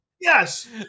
yes